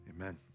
amen